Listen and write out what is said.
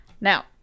Now